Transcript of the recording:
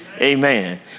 Amen